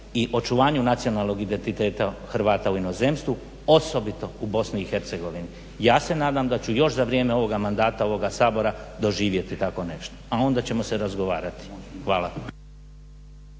i očuvanju nacionalnog identiteta Hrvata u inozemstvu, osobito u BiH. Ja se nadam da ću još za vrijeme ovoga mandata ovoga Sabora doživjeti tako nešto a onda ćemo se razgovarati. Hvala.